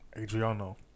Adriano